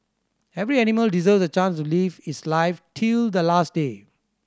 every animal deserves a chance to live its life till the last day